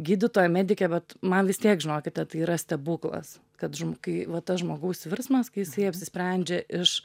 gydytoja medikė bet man vis tiek žinokite tai yra stebuklas kad kai va tas žmogaus virsmas kai jisai apsisprendžia iš